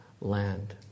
land